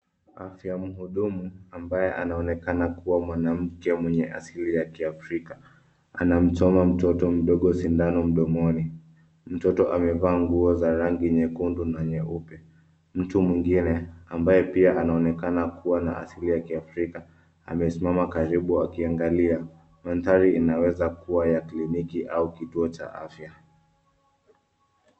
Kuna mhudumu ambaye anaonekana kuwa mwanamke mwenye asili ya kiafrika. Anamchoma mtoto mdogo sindano mdomoni. Mtoto amevaa nguo za rangi nyekundu na nyeupe. Mtu mwingine, ambaye anaonekana pia kuwa na asili ya kiafrika, amesimama karibu akiangalia. Mandhari yanaweza kuwa ya kliniki au kituo cha Afya.